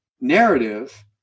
narrative